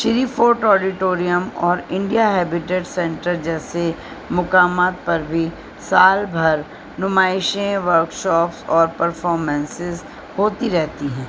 شری fort auditorium اور India habitat centre جیسے مقامات پر بھی سال بھر نمائشیں ورکشاپس اور پرفارمنسز ہوتی رہتی ہیں